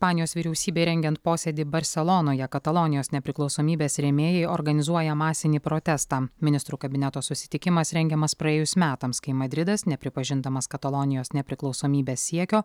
panijos vyriausybei rengiant posėdį barselonoje katalonijos nepriklausomybės rėmėjai organizuoja masinį protestą ministrų kabineto susitikimas rengiamas praėjus metams kai madridas nepripažindamas katalonijos nepriklausomybės siekio